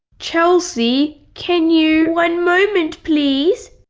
chelsea, can you. one moment please!